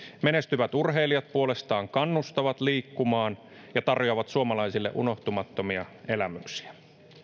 menestyvät urheilijat puolestaan kannustavat liikkumaan ja tarjoavat suomalaisille unohtumattomia elämyksiä